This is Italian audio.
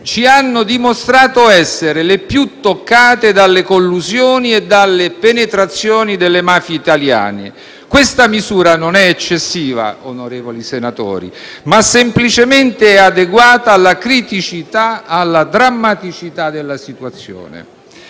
ci hanno dimostrato essere le più toccate dalle collusioni e dalle penetrazioni delle mafie italiane. Questa misura non è eccessiva, onorevoli senatori, ma semplicemente adeguata alla criticità e alla drammaticità della situazione.